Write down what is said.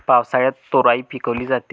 पावसाळ्यात तोराई पिकवली जाते